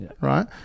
right